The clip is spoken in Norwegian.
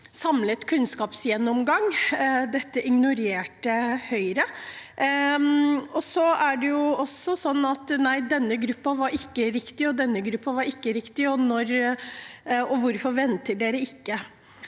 samlet kunnskapsgjennomgang. Det ignorerte Høyre. Så var det sånn at nei, denne gruppen var ikke riktig, og denne gruppen var ikke riktig, og hvorfor venter dere ikke?